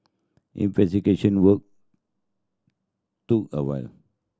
investigation work took a while